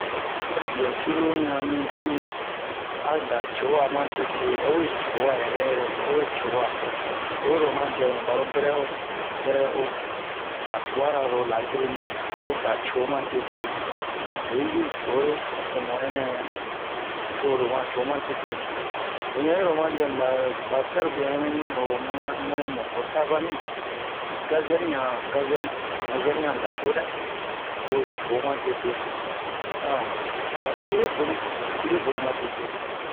sɛrobia cruru yan mibin a da co'a ma tetea we co'a yɛrɛ bawe co'a oyi ro oma dɛ mu baro brɛ'o brɛ'o ba tubara lo la grenu'i ho da co ma tete lo yi ju core to mu ɛnɛ toro ma co ma tete o yan iro o ma dɛ mu ba ba sɛrobia yan nɛ mi ho mu'in mu'in mu ho savani gazɛr yan gazɛl gazɛl yan da co dɛ lo co ma tete ba sire boni ba sire boni ma tete